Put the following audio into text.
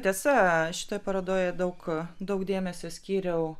tiesa šitoj parodoj daug daug dėmesio skyriau